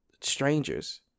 strangers